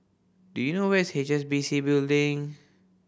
do you know where is H S B C Building